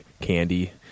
candy